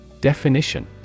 Definition